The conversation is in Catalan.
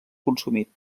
consumit